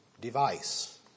device